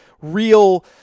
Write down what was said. real